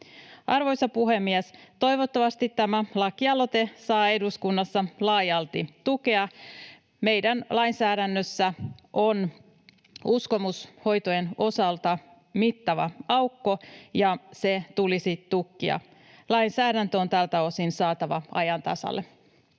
Arvoisa puhemies! Toivottavasti tämä lakialoite saa eduskunnassa laajalti tukea. Meidän lainsäädännössä on uskomushoitojen osalta mittava aukko, ja se tulisi tukkia. Lainsäädäntö on tältä osin saatava ajan tasalle.